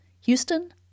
Houston